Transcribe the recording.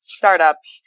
startups